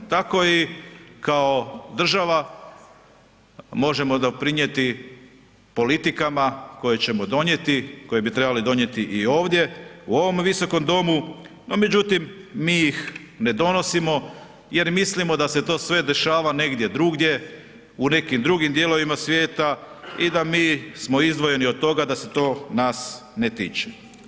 Tako i kao država možemo doprinijeti politikama koje ćemo donijeti koje bi trebali i ovdje u ovom visokom domu, no međutim mi ih ne donosim jer mislimo da se to sve dešava negdje drugdje u nekim drugim dijelovima svijeta i da mi smo izdvojeni od toga, da se to nas ne tiče.